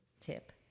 tip